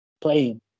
playing